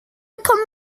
kommer